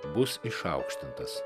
bus išaukštintas